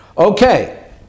Okay